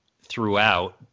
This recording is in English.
throughout